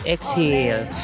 Exhale